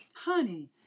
Honey